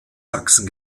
sachsen